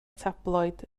tabloid